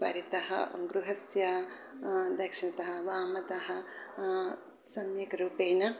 परितः गृहस्य दक्षिणतः वामतः सम्यक्रूपेण